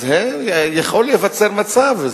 יכול להיווצר מצב,